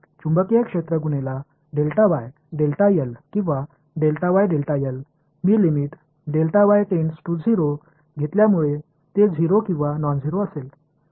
चुंबकीय क्षेत्र गुणेला किंवा मी लिमिट टेण्ड्स टू 0 घेतल्यामुळे ते 0 किंवा नॉनझेरो असेल